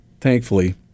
Thankfully